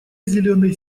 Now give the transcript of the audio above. зеленой